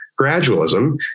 gradualism